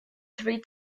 three